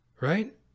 Right